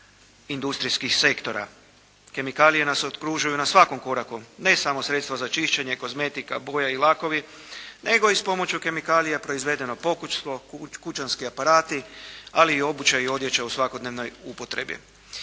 industrijskih sektora. Kemikalije nas okružuju na svakom koraku, ne samo sredstva za čišćenje, kozmetika, boja i lakovi nego i s pomoću kemikalija proizvedeno pokućstvo, kućanski aparati ali i obuća i odjeća u svakodnevnoj upotrebi.